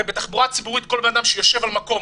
הרי בתחבורה הציבורית כל אדם שיושב על מקום,